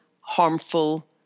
harmful